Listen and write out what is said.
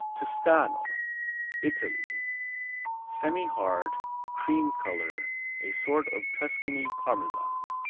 tuscano italy semihard cream color a sort of tuscany parmesan.